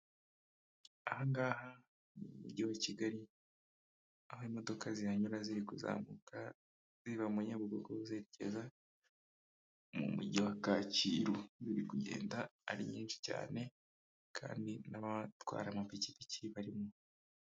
Aha ngaha ni m umujyi wa Kigali aho imodoka zihanyura ziri kuzamuka ziva muwa Nyabugogo zerekeza mu mujyi wa Kacyiru biri kugenda ari nyinshi cyane kandi n'abatwara amapikipiki barimo.